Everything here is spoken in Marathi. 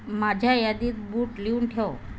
माझ्या यादीत बूट लिहून ठेव